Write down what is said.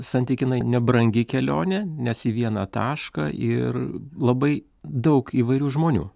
santykinai nebrangi kelionė nes į vieną tašką ir labai daug įvairių žmonių